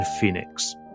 Phoenix